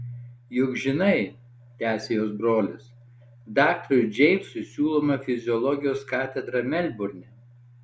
juk žinai tęsė jos brolis daktarui džeimsui siūloma fiziologijos katedra melburne